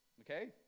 Okay